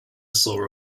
saw